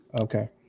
Okay